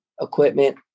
equipment